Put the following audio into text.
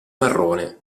marrone